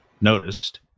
noticed